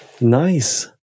Nice